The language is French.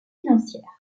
financière